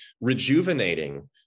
rejuvenating